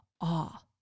awe